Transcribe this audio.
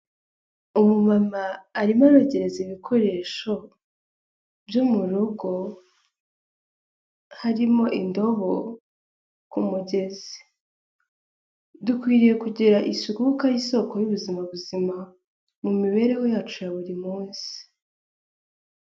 Umumama arimo arogereza ibikoresho byo mu rugo, harimo indobo, ku mugezi dukwiriye kugira isuku kuko ari isoko y'ubuzima buzima, mu mibereho yacu ya buri munsi.